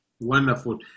Wonderful